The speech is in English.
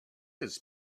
his